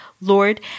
Lord